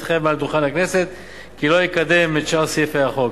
מתחייב מעל דוכן הכנסת כי לא יקדם את שאר סעיפי החוק.